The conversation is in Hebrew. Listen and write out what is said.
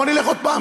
בוא נלך עוד פעם,